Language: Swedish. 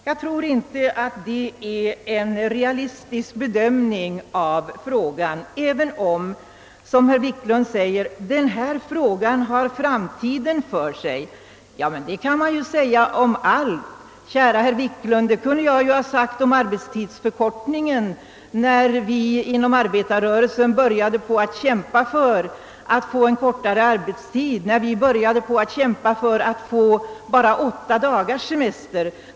Jag tror inte att det är en realistisk bedömning av frågan, även om denna, som herr Wiklund säger, har framtiden för sig. Det kan man ju påstå om allt. Kära herr Wiklund, det kunde jag ha sagt när vi inom arbetarrörelsen började kämpa för kortare arbetstid eller för åtta dagars semester.